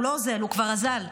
הוא לא אוזל, הוא כבר אזל.